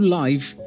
life